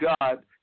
God